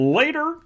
later